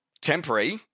temporary